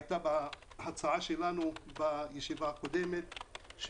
הייתה בהצעה שלנו בישיבה הקודמת,